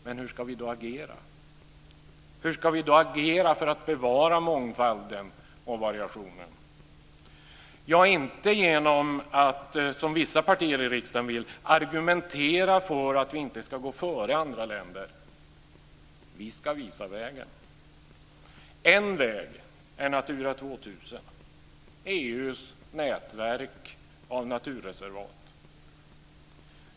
Men hur ska vi då agera för att bevara mångfalden och variationen? Ja, inte genom att, som vissa partier i riksdagen vill, argumentera för att vi inte ska gå före andra länder. Vi ska visa vägen. En väg är Natura 2000, EU:s nätverk av naturreservat.